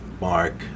Mark